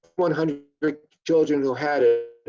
one hundred big children who had ah it.